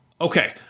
Okay